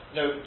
no